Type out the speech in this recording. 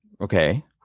Okay